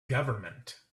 government